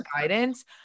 guidance